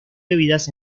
bebidas